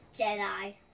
Jedi